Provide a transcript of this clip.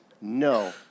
no